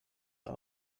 are